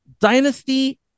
Dynasty